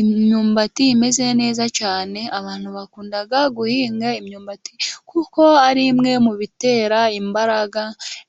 Imyumbati imeze neza cyane. Abantu bakunda guhinga imyumbati, kuko ari imwe mu bitera imbaraga